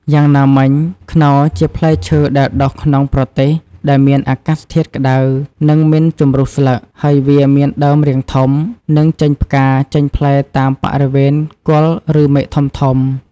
យ៉ាងណាមិញ ខ្នុរជាផ្លែឈើ ដែលដុះក្នុងប្រទេសដែលមានអាកាសធាតុក្តៅ និងមិនជំរុះស្លឹក ហើយវាមានដើមរាងធំ និងចេញផ្កាចេញផ្លែតាមបរិវេណគល់ ឬមែកធំៗ។